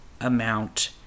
amount